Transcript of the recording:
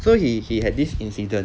so he he had this incident